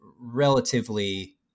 relatively